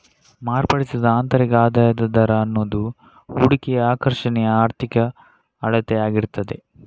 ಮಾರ್ಪಡಿಸಿದ ಆಂತರಿಕ ಆದಾಯದ ದರ ಅನ್ನುದು ಹೂಡಿಕೆಯ ಆಕರ್ಷಣೆಯ ಆರ್ಥಿಕ ಅಳತೆ ಆಗಿರ್ತದೆ